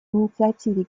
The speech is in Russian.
инициативе